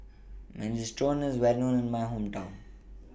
Minestrone IS Well known in My Hometown